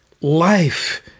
life